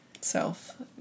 self